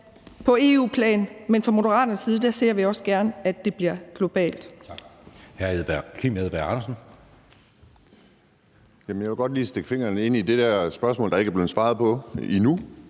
på EU-plan, men fra Moderaternes side ser vi også gerne, at det bliver globalt.